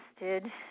interested